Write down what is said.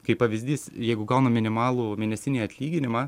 kaip pavyzdys jeigu gaunam minimalų mėnesinį atlyginimą